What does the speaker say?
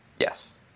Yes